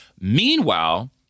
meanwhile